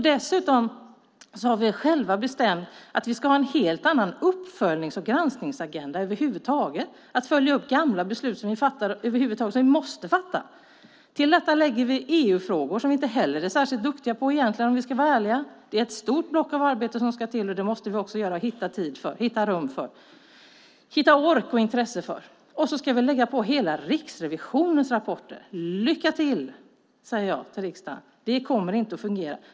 Dessutom har vi själva bestämt att vi ska ha en helt annan uppföljnings och granskningsagenda och följa upp gamla beslut som vi måste fatta. Till detta lägger vi EU-frågor, som vi inte heller är särskilt duktiga på om vi ska vara ärliga. Det är ett stort arbete som ska till, och det måste vi också hitta tid, ork och intresse för. Och nu ska vi lägga på alla Riksrevisionens rapporter. Lycka till, säger jag. Det kommer inte att fungera.